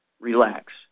Relax